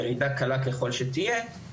ירידה קלה ככל שתהיה,